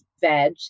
veg